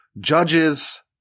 judges